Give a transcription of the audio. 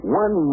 one